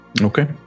okay